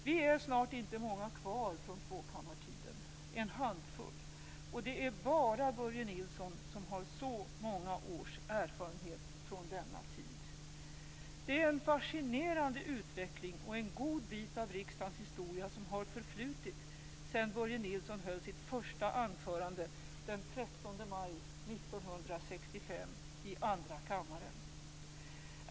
Vi är snart inte många kvar från tvåkammartiden - en handfull - och det är bara Börje Nilsson som har så många års erfarenhet från denna tid. Det är en fascinerande utveckling och en god bit av riksdagens historia som förflutit sedan Börje Nilsson höll sitt första anförande den 13 maj 1965 i Andra kammaren.